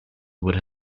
would